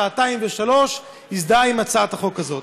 שעתיים או שלוש הזדהה עם הצעת החוק הזאת.